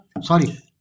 sorry